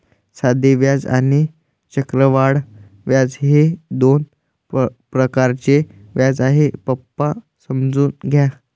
साधे व्याज आणि चक्रवाढ व्याज हे दोन प्रकारचे व्याज आहे, पप्पा समजून घ्या